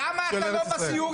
אתה נמצא --- למה אתה לא בסיורים?